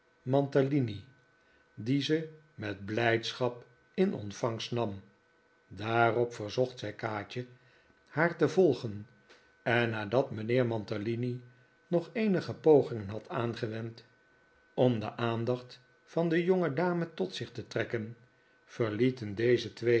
talini die ze met blijdschap in ontvangst nam daarop verzocht zij kaatje haar te volgen en nadat mijnheer mantalini nog eenige pogingen had aangewend om de aandacht van de jongedame tot zich te trekken verlieten deze twee